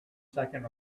second